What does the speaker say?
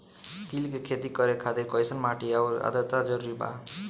तिल के खेती करे खातिर कइसन माटी आउर आद्रता जरूरी बा?